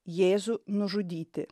jėzų nužudyti